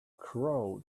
crow